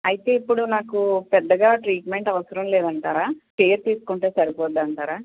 అయితే ఇప్పుడు నాకు పెద్దగా ట్రీట్మెంట్ అవసరం లేదంటారా కేర్ తీసుకుంటే సరిపోతుందంటారా